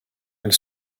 elle